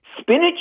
Spinach